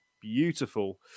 beautiful